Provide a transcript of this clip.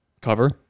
Cover